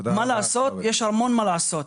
יש המון מה לעשות,